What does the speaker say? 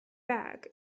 back